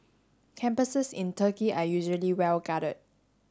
campuses in Turkey are usually well guarded